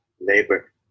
labor